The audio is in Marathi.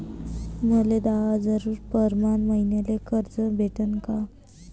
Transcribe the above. मले दहा हजार प्रमाण मईन्याले कर्ज भेटन का?